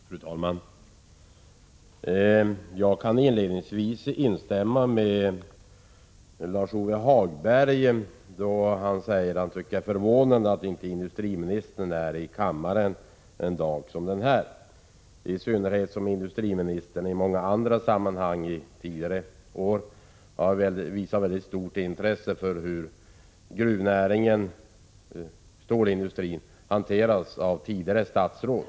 Fru talman! Jag kan inledningsvis instämma när Lars-Ove Hagberg säger att det är förvånande att industriministern inte är i kammaren en dag som denna, i synnerhet som industriministern i många andra sammanhang under tidigare år har visat mycket stort intresse för hur gruvnäringen och stålindustrin har hanterats av tidigare statsråd.